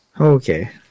Okay